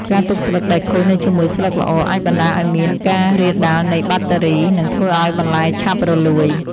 ការទុកស្លឹកដែលខូចនៅជាមួយស្លឹកល្អអាចបណ្តាលឱ្យមានការរាលដាលនៃបាក់តេរី និងធ្វើឱ្យបន្លែឆាប់រលួយ។